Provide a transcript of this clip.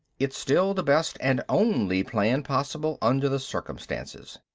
it's still the best and only plan possible under the circumstances.